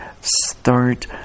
start